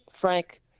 Frank